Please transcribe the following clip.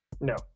No